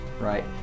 right